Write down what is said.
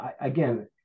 again